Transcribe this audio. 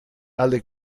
alle